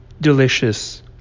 delicious